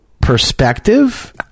perspective